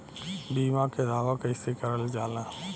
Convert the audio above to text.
बीमा के दावा कैसे करल जाला?